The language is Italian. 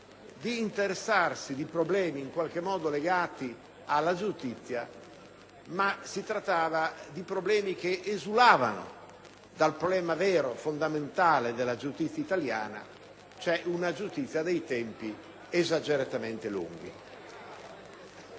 di interessarsi di problemi in qualche modo legati alla giustizia che però esulavano dal problema vero e fondamentale della giustizia italiana, cioè una giustizia dai tempi esageratamente lunghi.